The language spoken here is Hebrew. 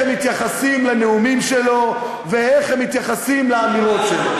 הם מתייחס לנאומים שלו ואיך הם מתייחסים לאמירות שלו.